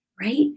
right